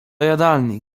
jadalni